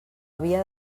havia